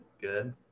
good